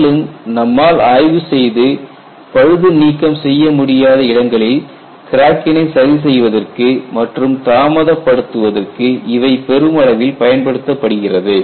மேலும் நம்மால் ஆய்வு செய்து பழுது நீக்கம் செய்ய முடியாத இடங்களில் கிராக்கினை சரி செய்வதற்கு மற்றும் தாமதப்படுத்துவதற்கு இவை பெருமளவில் பயன்படுத்தப்படுகிறது